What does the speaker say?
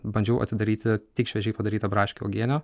bandžiau atidaryti tik šviežiai padarytą braškių uogienę